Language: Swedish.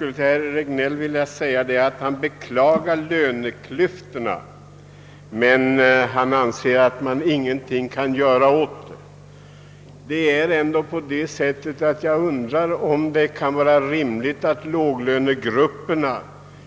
Herr talman! Herr Regnéll beklagade löneklyftorna, men ansåg att ingenting kan göras åt dem. Jag undrar om det kan vara rimligt att låglönegrupperna